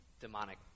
demonic